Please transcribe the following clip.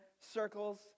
circles